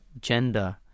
gender